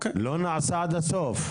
לא נעשה עד הסוף.